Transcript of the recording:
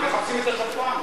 מחפשים את השפן.